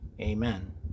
Amen